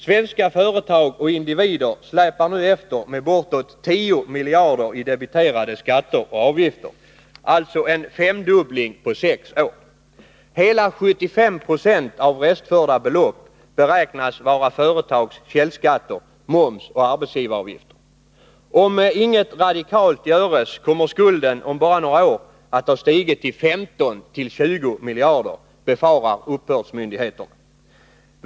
Svenska företag och individer släpar nu efter med bortåt 10 miljarder i debiterade skatter och avgifter, alltså en femdubbling på sex år. Hela 75 90 av restförda belopp beräknas vara företags källskatter, moms och arbetsgivaravgifter. Om inget radikalt görs, kommer skulden om bara några år att ha stigit till 15-20 miljarder, befarar uppbördsmyndigheterna.